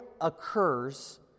occurs